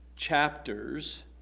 chapters